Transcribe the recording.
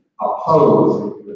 oppose